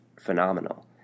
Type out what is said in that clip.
Phenomenal